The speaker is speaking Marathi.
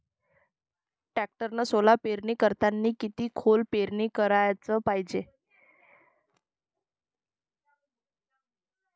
टॅक्टरनं सोला पेरनी करतांनी किती खोल पेरनी कराच पायजे?